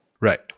Right